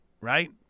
right